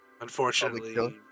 Unfortunately